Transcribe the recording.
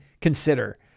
consider